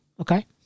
Okay